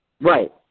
right